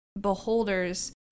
beholders